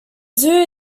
zoo